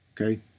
okay